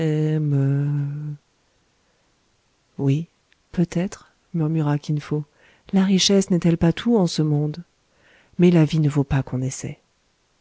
oui peut-être murmura kin fo la richesse n'est-elle pas tout en ce monde mais la vie ne vaut pas qu'on essaie